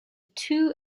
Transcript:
two